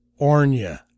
Ornia